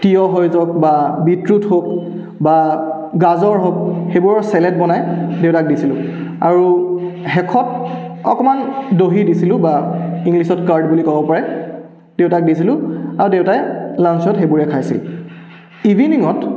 তিঁয়হ হৈ গ'ল বা বিটৰুট হওঁক বা গাজৰ হওঁক সেইবোৰৰ ছেলেড বনাই দেউতাক দিছিলোঁ আৰু শেষত অকণমান দহি দিছিলোঁ বা ইংলিছত কাৰ্ড বুলি ক'ব পাৰে দেউতাক দিছিলোঁ আৰু দেউতাই লাঞ্চত সেইবোৰে খাইছিল ইভিনিঙত